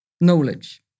knowledge